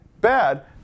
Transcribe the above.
bad